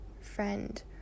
friend